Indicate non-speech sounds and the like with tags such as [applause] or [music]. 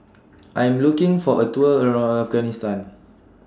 [noise] I Am looking For A Tour around Afghanistan